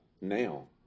now